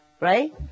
right